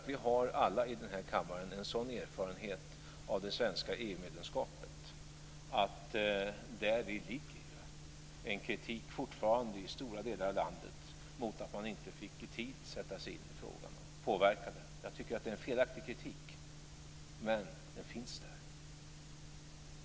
Vi har alla i den här kammaren en sådan erfarenhet av det svenska EU-medlemskapet att däri fortfarande ligger en kritik i stora delar av landet mot att man inte fick tid att sätta sig in i frågan och påverka den. Jag tycker att det är en felaktig kritik, men den finns där.